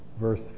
verse